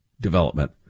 development